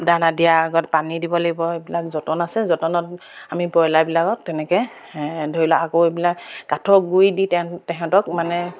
দানা দিয়া আগত পানী দিব লাগিব এইবিলাক যতন আছে যতনত আমি ব্ৰইলাবিলাকত তেনেকৈ ধৰি লওক আকৌ এইবিলাক কাঠৰ গুড়ি দি তেহেঁতক মানে